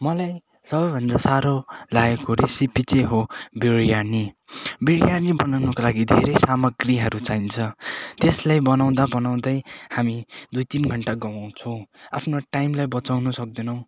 मलाई सबैभन्दा साह्रो लागेको रेसेपी चाहिँ हो बिरयानी बिरयानी बनाउनुको लागि धेरै सामाग्रीहरू चाहिन्छ त्यसलाई बनाउँदा बनाउँदै हामी दुई तिन घन्टा गुमाउँछौँ आफ्नो टाइमलाई बचाउनु सक्दैनौँ